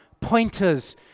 pointers